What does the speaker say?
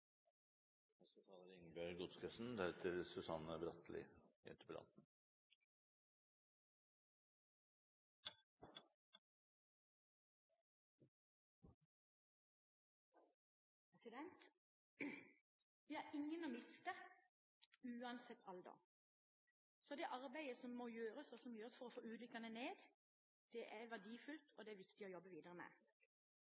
Vi har ingen å miste – uansett alder – så det arbeidet som må gjøres, og som gjøres for å få ulykkene ned, er verdifullt og